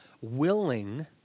willing